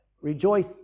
rejoice